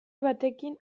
batekin